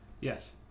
Yes